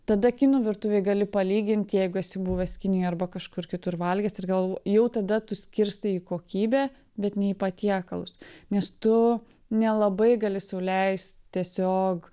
tada kinų virtuvei gali palygint jeigu esi buvęs kinijoj arba kažkur kitur valgęs ir gal jau tada tu skirstai į kokybę bet ne į patiekalus nes tu nelabai gali sau leist tiesiog